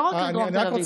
לא רק לדרום תל אביב.